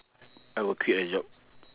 I will quit a job